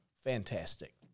Fantastic